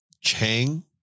Chang